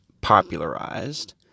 popularized